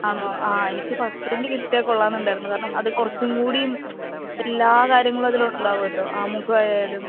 ആണോ ആ എനിക്ക് ഫസ്റ്റ് പ്രിൻറ് കിട്ടിയാൽ കൊള്ളാമെന്നുണ്ടായിരുന്നു കാരണം അത് കുറച്ചുകൂടി എല്ലാ കാര്യങ്ങളും അതിലുണ്ടാകുമല്ലോ ആമുഖമായാലും